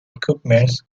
equipment